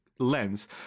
lens